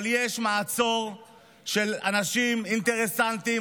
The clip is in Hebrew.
אבל יש מעצור של אנשים אינטרסנטיים.